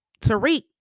Tariq